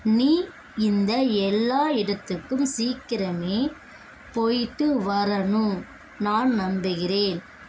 நீ இந்த எல்லா இடத்துக்கும் சீக்கிரமே போயிட்டு வரணும் நான் நம்புகிறேன்